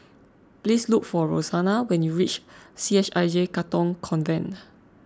please look for Roxana when you reach C H I J Katong Convent